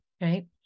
Right